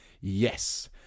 Yes